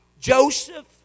Joseph